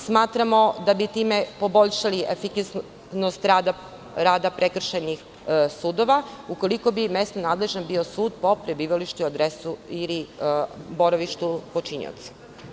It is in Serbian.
Smatramo da bi time poboljšali efikasnost rada prekršajnih sudova, ukoliko bi mesno nadležan bio sud po prebivalištu, adresi ili boravištu počinioca.